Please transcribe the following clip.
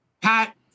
Pat